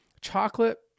Chocolate